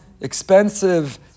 expensive